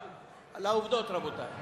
עכשיו לעובדות, רבותי.